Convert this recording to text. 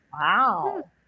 wow